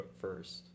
first